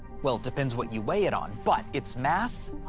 well, depends what you weigh it on. but, its mass,